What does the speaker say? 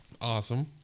Awesome